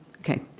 Okay